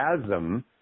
chasm